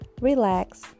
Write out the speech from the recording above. relax